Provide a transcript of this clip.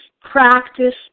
practice